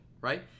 right